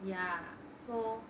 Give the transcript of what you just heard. ya so